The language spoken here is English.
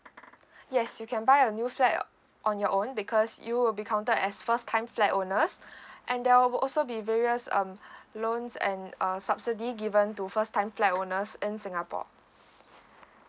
yes you can buy a new flat on your own because you will be counted as first time flat owners and there will also be various um loans and err subsidy given to first time flat owners in singapore